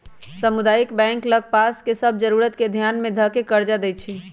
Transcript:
सामुदायिक बैंक लग पास के सभ जरूरत के ध्यान में ध कऽ कर्जा देएइ छइ